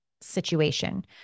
situation